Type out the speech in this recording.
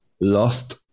lost